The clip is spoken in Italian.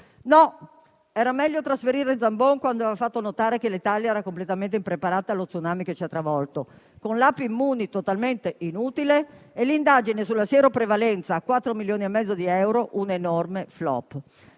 No, era meglio trasferire Zambon quando aveva fatto notare che l'Italia era completamente impreparata allo *tsunami* che ci ha travolti, con la *app* Immuni totalmente inutile e l'indagine sulla sieroprevalenza a 4,5 milioni di euro un enorme *flop*.